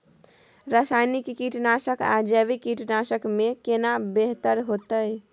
रसायनिक कीटनासक आ जैविक कीटनासक में केना बेहतर होतै?